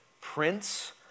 Prince